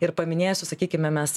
ir paminėjsiu sakykime mes